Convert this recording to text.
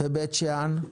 בבית שאן,